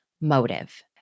motive